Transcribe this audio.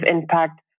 impact